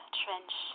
trench